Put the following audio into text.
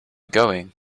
going